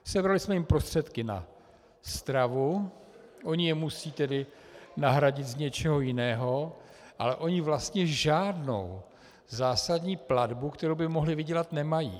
Sebrali jsme jim prostředky na stravu, oni je musí tedy nahradit z něčeho jiného, ale oni vlastně žádnou zásadní platbu, kterou by mohli vydělat, nemají.